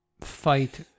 fight